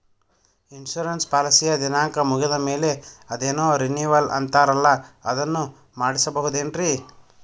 Insurance ಪಾಲಿಸಿಯ ದಿನಾಂಕ ಮುಗಿದ ಮೇಲೆ ಅದೇನೋ ರಿನೀವಲ್ ಅಂತಾರಲ್ಲ ಅದನ್ನು ಮಾಡಿಸಬಹುದೇನ್ರಿ?